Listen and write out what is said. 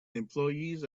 employees